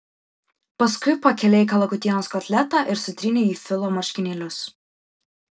paskui pakėlei kalakutienos kotletą ir sutrynei į filo marškinėlius